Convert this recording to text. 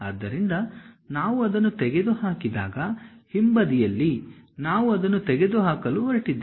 ಆದ್ದರಿಂದ ನಾವು ಅದನ್ನು ತೆಗೆದುಹಾಕಿದಾಗ ಹಿಂಬದಿಯಲ್ಲಿ ನಾವು ಅದನ್ನು ತೆಗೆದುಹಾಕಲು ಹೊರಟಿದ್ದೇವೆ